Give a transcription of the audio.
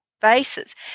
Bases